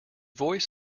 voice